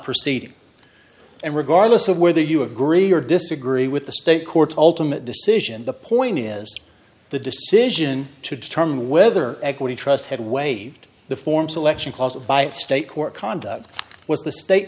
proceed and regardless of whether you agree or disagree with the state courts ultimate decision the point is the decision to determine whether equity trusts had waived the form selection caused by state court conduct was the state